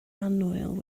annwyl